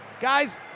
Guys